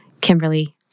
Kimberly